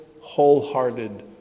wholehearted